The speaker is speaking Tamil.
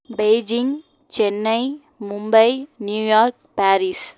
Beijing Chennai Mumbai New York Paris